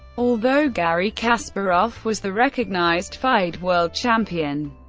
although garry kasparov was the recognized fide world champion.